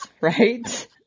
right